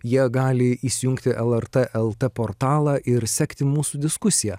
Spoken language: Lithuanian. jie gali įsijungti lrt el t portalą ir sekti mūsų diskusiją